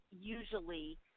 usually